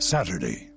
Saturday